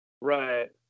Right